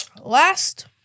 Last